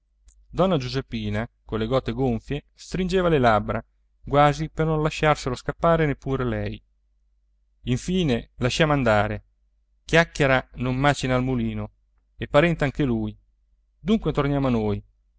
con le gote gonfie stringeva le labbra quasi per non lasciarselo scappare neppur lei infine lasciamo andare chiacchiera non macina al mulino è parente anche lui dunque torniamo a noi